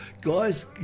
Guys